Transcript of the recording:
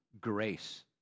grace